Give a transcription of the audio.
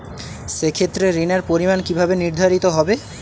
সে ক্ষেত্রে ঋণের পরিমাণ কিভাবে নির্ধারিত হবে?